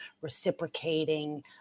reciprocating